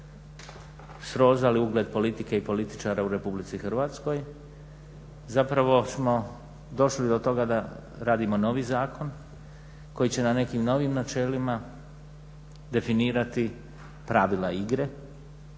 srozali ugled politike i političara u Republici Hrvatskoj zapravo smo došli do toga da radimo novi zakon koji će na nekim novim načelima definirati pravila igre